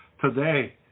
today